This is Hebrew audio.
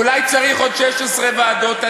אולי צריך עוד 16 ועדות?